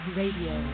radio